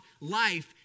life